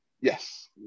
yes